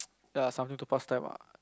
something to pass time ah